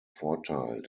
vorteil